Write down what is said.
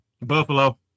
Buffalo